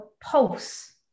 pulse